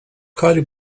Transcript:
کاری